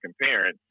comparing